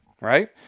right